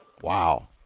Wow